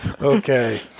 Okay